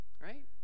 Right